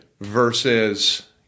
Versus